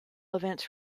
events